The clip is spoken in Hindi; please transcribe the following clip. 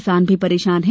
किसान भी परेशान है